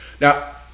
Now